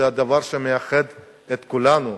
זה הדבר שמאחד את כולנו.